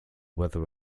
whether